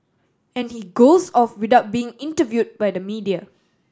and he goes off without being interview by the media